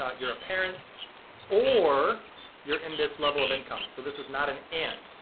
ah you're a parent or you're in this level of income. so this is not an and.